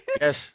Yes